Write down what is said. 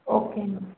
okay అండి